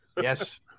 Yes